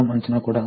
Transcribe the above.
ఇది ఇక్కడ ఉంది